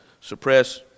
suppress